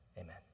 amen